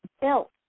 built